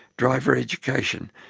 driver education,